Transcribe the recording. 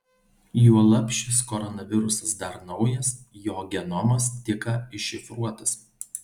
juolab šis koronavirusas dar naujas jo genomas tik ką iššifruotas